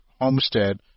Homestead